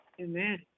Amen